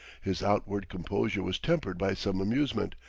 his outward composure was tempered by some amusement,